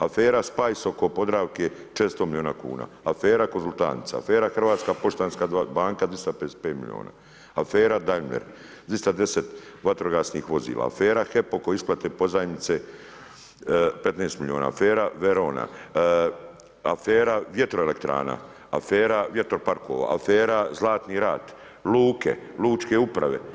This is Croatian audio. Afera Spice oko Podravke 400 milijuna kuna, afera Konzultanca, afera Hrvatska poštanska banka 255 milijuna, afera Dimler, 310 vatrogasnih vozila, afera HEP oko isplate pozajmice 15 milijuna, afera Verona, afera vjetroelektrana, afera vjetro parkova, afera Zlatni rat, luke, lučke uprave.